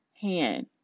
hand